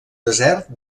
desert